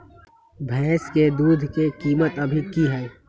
भैंस के दूध के कीमत अभी की हई?